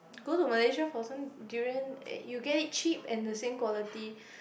go to Malaysia for some durian eh you get it cheap and the same quality